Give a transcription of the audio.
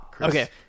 Okay